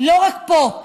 לא רק פה,